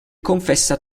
confessa